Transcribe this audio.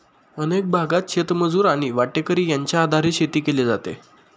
अनेक भागांत शेतमजूर आणि वाटेकरी यांच्या आधारे शेती केली जाते